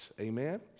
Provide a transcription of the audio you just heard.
Amen